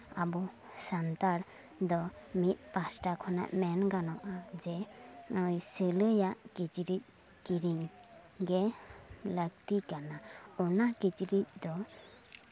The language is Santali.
ᱟᱵᱚ ᱥᱟᱱᱛᱟᱲ ᱫᱚ ᱢᱤᱫ ᱯᱟᱥᱴᱟ ᱠᱷᱚᱱᱟᱜ ᱢᱮᱱ ᱜᱟᱱᱚᱜᱼᱟ ᱡᱮ ᱥᱤᱞᱟᱹᱭᱟᱜ ᱠᱤᱪᱨᱤᱡ ᱠᱤᱨᱤᱧ ᱜᱮ ᱞᱟᱹᱞᱛᱤ ᱠᱟᱱᱟ ᱚᱱᱟ ᱠᱤᱪᱨᱤᱡ ᱫᱚ